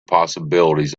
possibilities